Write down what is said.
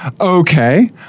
okay